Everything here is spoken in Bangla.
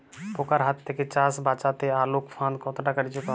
পোকার হাত থেকে চাষ বাচাতে আলোক ফাঁদ কতটা কার্যকর?